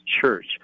church